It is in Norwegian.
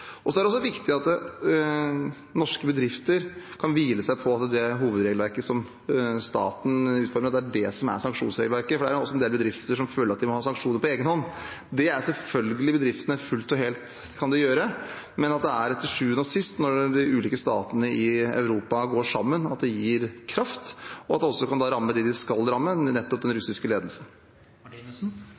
er også viktig at norske bedrifter kan hvile på at det hovedregelverket staten utformer, er det som er sanksjonsregelverket, for det er en del bedrifter som føler at de må ha sanksjoner på egen hånd. Det kan bedriftene selvfølgelig ha, men til sjuende og sist er det når de ulike statene i Europa går sammen, at det gir kraft, og at det kan ramme dem det skal ramme, nettopp den russiske